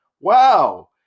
Wow